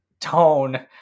tone